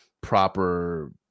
proper